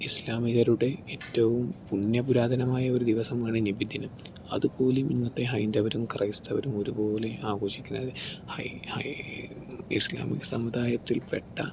ഇസ്ലാമികരുടെ ഏറ്റവും പുണ്യ പുരാതനമായ ഒരു ദിവസമാണ് നബിദിനം അതുപോലും ഇന്നത്തെ ഹൈന്ദവരും ക്രൈസ്തവരും ഒരുപോലെ ആഘോഷിക്കുന്നത് ഇസ്ലാമിക സമുദായത്തിൽപ്പെട്ട